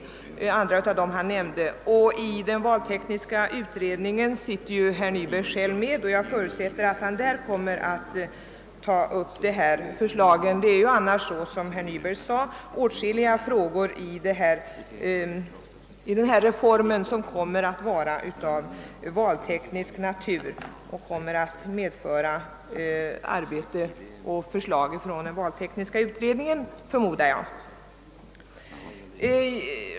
Han är ju själv ledamot av den valtekniska utredningen och jag förutsätter att han där kommer att bevaka förslagen. Åtskilliga frågor i reformen är, som herr Nyberg sade, av valteknisk natur och kommer väl därför att föranleda utredning och förslag från den valtekniska utredningen.